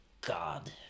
God